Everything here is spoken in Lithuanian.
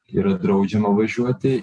yra draudžiama važiuoti